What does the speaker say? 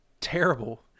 terrible